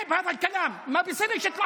תסיים את ההצגה שלך.)